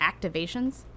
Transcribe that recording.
activations